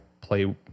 play